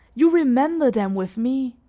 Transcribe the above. you remember them with me!